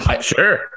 Sure